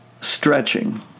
Stretching